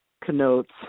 connotes